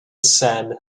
said